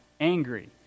angry